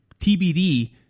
TBD